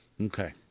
Okay